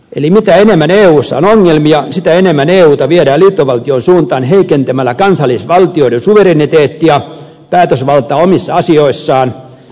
eli mitä enemmän eussa on ongelmia sitä enemmän euta viedään liittovaltion suuntaan heikentämällä kansallisvaltioiden suvereniteettia päätösvaltaa omissa asioissaan